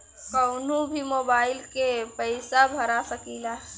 कन्हू भी मोबाइल के पैसा भरा सकीला?